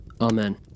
Amen